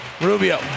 Rubio